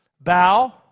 bow